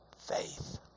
faith